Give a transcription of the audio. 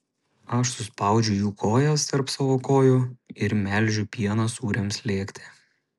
aš suspaudžiu jų kojas tarp savo kojų ir melžiu pieną sūriams slėgti